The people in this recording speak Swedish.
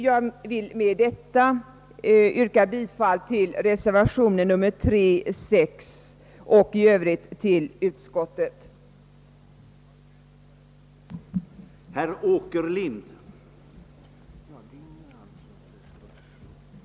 Jag vill med detta yrka bifall till reservationerna 3 och 6 och i övrigt till utskottets hemställan.